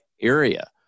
area